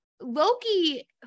Loki